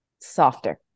softer